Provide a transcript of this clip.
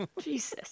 jesus